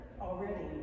already